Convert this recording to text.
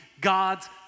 God's